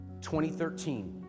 2013